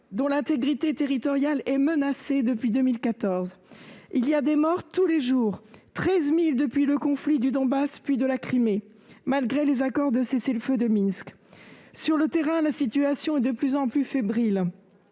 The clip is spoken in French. dont l'intégrité territoriale est menacée depuis 2014. Tous les jours, on dénombre des morts : 13 000 depuis le conflit du Donbass, puis de la Crimée, malgré les accords de cessez-le-feu de Minsk. Sur le terrain, la situation est de plus en plus fébrile.